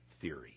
theory